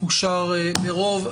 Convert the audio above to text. אושר ברוב.